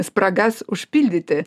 spragas užpildyti